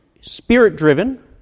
spirit-driven